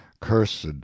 Cursed